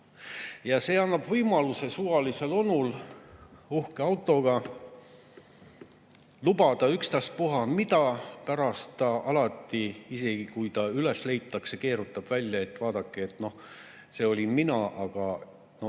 See annab võimaluse suvalisel uhke autoga onul lubada ükstaspuha mida. Pärast ta alati, isegi kui ta üles leitakse, keerutab välja, et vaadake, et noh, see olin mina, aga noh,